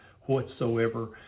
whatsoever